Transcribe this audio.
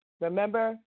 remember